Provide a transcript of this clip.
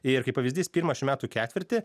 ir kaip pavyzdys pirmą šių metų ketvirtį